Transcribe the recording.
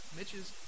Mitch's